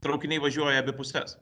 traukiniai važiuoja į abi puses